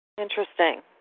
Interesting